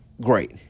great